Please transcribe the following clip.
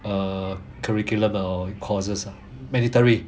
uh curriculum or courses ah mandatory